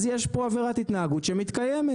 אז יש פה עבירת התנהגות שמתקיימת.